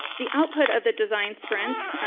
the output of the design sprint,